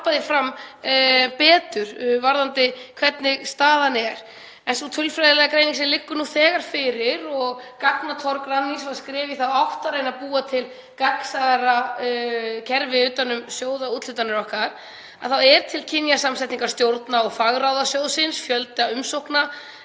það fram og varpað því fram betur hvernig staðan er. En sú tölfræðilega greining sem liggur nú þegar fyrir — og gagnatorg Rannís var skref í þá átt að reyna að búa til gagnsærra kerfi utan um sjóðaúthlutanir okkar — er um kynjasamsetningu stjórna og fagráða sjóðsins, fjölda umsókna